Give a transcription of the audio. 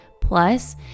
Plus